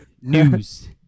News